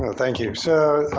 thank you. so,